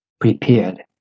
prepared